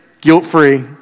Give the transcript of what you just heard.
guilt-free